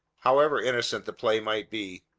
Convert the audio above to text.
however innocent the play might be?